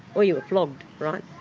or you were flogged right.